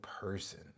person